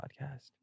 podcast